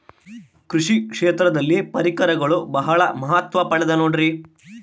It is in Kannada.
ಕೃಷಿ ಕ್ಷೇತ್ರದಲ್ಲಿ ಪರಿಕರಗಳು ಬಹಳ ಮಹತ್ವ ಪಡೆದ ನೋಡ್ರಿ?